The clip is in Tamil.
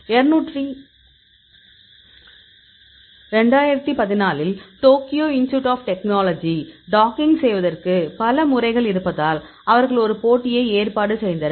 2014 இல் Tokyo Institute of Technology docking செய்வதற்கு பல முறைகள் இருப்பதால் அவர்கள் ஒரு போட்டியை ஏற்பாடு செய்தனர்